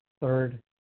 third